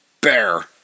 bear